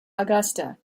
augusta